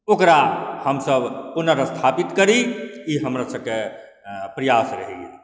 ओकरा हमसब पुनरस्थापित करी ई हमर सबके प्रयास रहैए